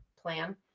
plan